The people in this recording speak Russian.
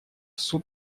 суд